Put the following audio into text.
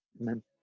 amen